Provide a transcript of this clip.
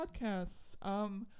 Podcasts